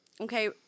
okay